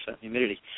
humidity